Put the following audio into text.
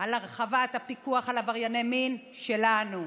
על הרחבת הפיקוח על עברייני מין, שלנו.